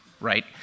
right